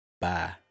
Bye